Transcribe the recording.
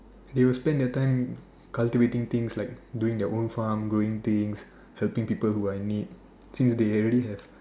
they will spend their time cultivating things like doing their old farm growing things helping people that are in need since they already have